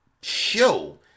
show